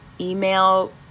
email